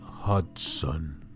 Hudson